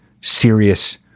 serious